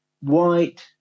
white